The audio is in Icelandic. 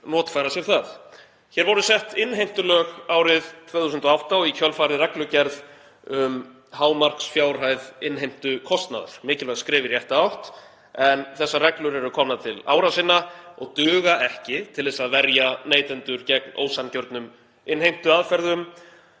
Hér voru sett innheimtulög árið 2008 og í kjölfarið reglugerð um hámarksfjárhæð innheimtukostnaðar, mikilvæg skref í rétta átt, en þessar reglur eru komnar til ára sinna og duga ekki til að verja neytendur gegn ósanngjörnum innheimtuaðferðum